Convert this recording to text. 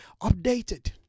updated